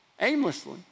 aimlessly